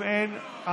אם אין,